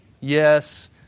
yes